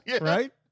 right